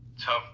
tough